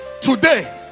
Today